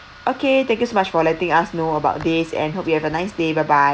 okay thank you so much for letting us know about this and hope you have a nice day bye bye